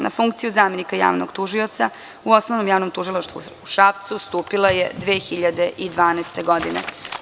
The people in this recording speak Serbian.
Na funkciju zamenika javnog tužioca u Osnovnom javnom tužilaštvu u Šapcu stupila je 2012. godine.